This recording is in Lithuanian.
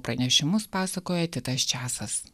pranešimus pasakoja titas česas